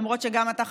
למרות שגם אתה,